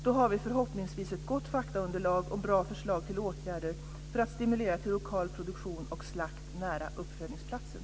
Då har vi förhoppningsvis ett gott faktaunderlag och bra förslag till åtgärder för att stimulera till lokal produktion och slakt nära uppfödningsplatsen.